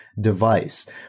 device